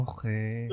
Okay